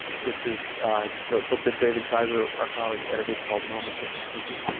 which is the book that david kaiser our colleague edited called moments of decision,